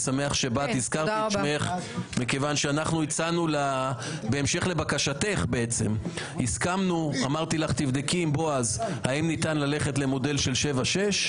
מכיוון שבהמשך לבקשתך הסכמנו למודל של שבעה-שישה.